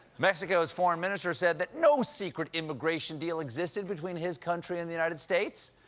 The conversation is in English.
mexico's foreign minister said that no secret immigration deal existed between his country and the united states.